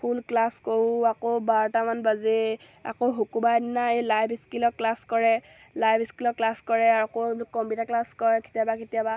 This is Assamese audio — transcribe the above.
ফুল ক্লাছ কৰোঁ আকৌ বাৰটামান বাজে আকৌ শুকুৰবাৰ দিনা লাইভ স্কিলৰ ক্লাছ কৰে লাইভ স্কিলৰ ক্লাছ কৰে আকৌ এই কম্পিউটাৰ ক্লাছ কৰে কেতিয়াবা কেতিয়াবা